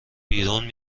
بیرون